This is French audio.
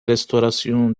restauration